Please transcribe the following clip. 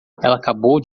acabou